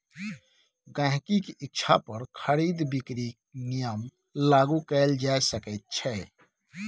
गहिंकीक इच्छा पर खरीद बिकरीक नियम लागू कएल जा सकैत छै